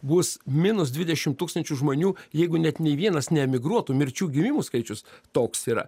bus minus dvidešim tūkstančių žmonių jeigu net nei vienas neemigruotų mirčių gimimų skaičius toks yra